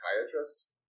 psychiatrist